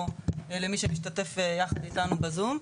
או למי שמשתתף יחד אתנו בזום.